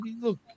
Look